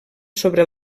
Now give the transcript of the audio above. sobre